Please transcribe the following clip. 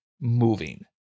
moving